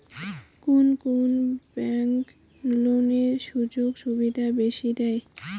কুন কুন ব্যাংক লোনের সুযোগ সুবিধা বেশি দেয়?